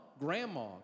grandma